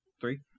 Three